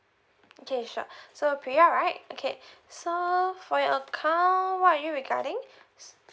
okay sure so priya right okay so for your account what are you regarding